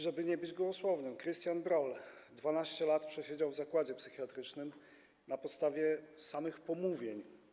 Żeby nie być gołosłownym: Krystian Broll 12 lat przesiedział w zakładzie psychiatrycznym na podstawie samych pomówień.